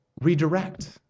redirect